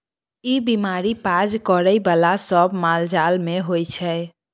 ई बीमारी पाज करइ बला सब मालजाल मे होइ छै